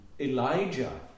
Elijah